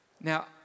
Now